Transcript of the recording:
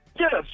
Yes